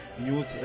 News